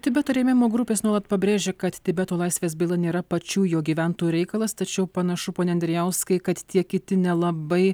tibeto rėmimo grupės nuolat pabrėžia kad tibeto laisvės byla nėra pačių jo gyventojų reikalas tačiau panašu pone andrijauskai kad tie kiti nelabai